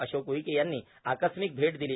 अशोक उईके यांनी आकस्मिक भेट दिली